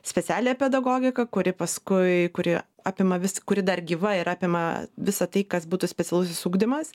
specialiąją pedagogiką kuri paskui kuri apima vis kuri dar gyva ir apima visą tai kas būtų specialusis ugdymas